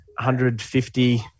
150